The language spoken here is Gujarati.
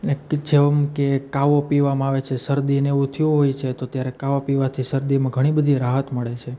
ને કે જેમ કે કાવો પીવામાં આવે છે શરદીને એવું થયું હોય છે તો ત્યારે કાવો પીવાથી શરદીમાં ઘણીબધી રાહત મળે છે